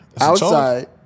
Outside